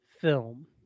film